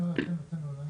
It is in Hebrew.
אין אופק כלכלי,